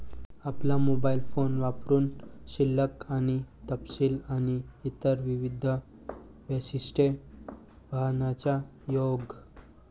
आपला mobile phone वापरुन शिल्लक आणि तपशील आणि इतर विविध वैशिष्ट्ये पाहण्याचा योग